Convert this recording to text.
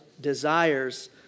desires